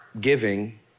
giving